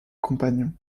compagnons